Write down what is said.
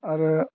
आरो